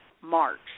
March